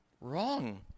wrong